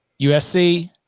USC